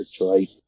right